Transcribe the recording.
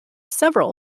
several